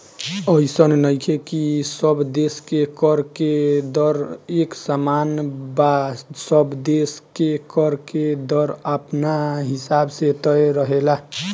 अइसन नइखे की सब देश के कर के दर एक समान बा सब देश के कर के दर अपना हिसाब से तय रहेला